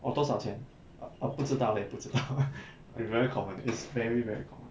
orh 多少钱 err err 不知道 leh 不知道 will be very common it's very very common